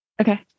Okay